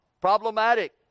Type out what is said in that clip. problematic